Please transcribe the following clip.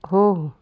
हो हो